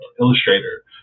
illustrator